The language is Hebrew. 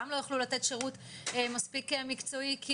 גם לא יוכלו לתת שירות מספיק מקצועי כי